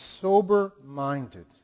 sober-minded